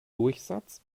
durchsatz